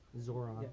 Zoran